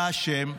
אתה אשם.